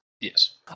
Yes